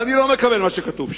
ואני לא מקבל מה שכתוב שם,